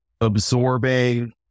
absorbing